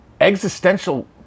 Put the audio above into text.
existential